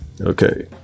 Okay